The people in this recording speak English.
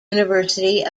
university